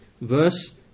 verse